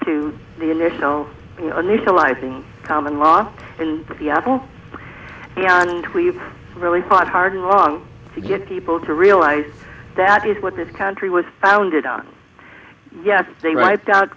to the initial initialising common law in the apple and we've really fought hard and wrong to get people to realize that is what this country was founded on yeah they wiped out